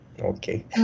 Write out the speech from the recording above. Okay